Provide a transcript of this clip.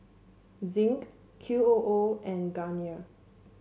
Zinc Q O O and Garnier